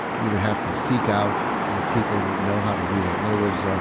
you would have to seek out the people that know how to do that. in other words, ah